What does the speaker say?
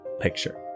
picture